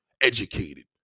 Educated